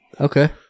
Okay